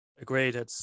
Agreed